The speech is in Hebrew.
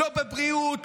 לא בבריאות,